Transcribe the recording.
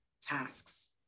tasks